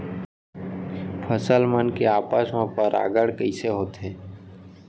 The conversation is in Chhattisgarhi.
फसल मन के आपस मा परागण कइसे होथे?